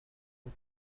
اون